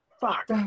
Fuck